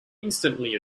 instantly